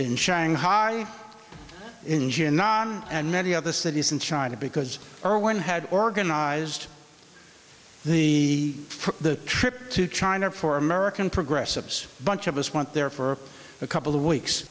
in shanghai engine non and many other cities in china because irwin had organized the for the trip to china for american progress of this bunch of us went there for a couple of weeks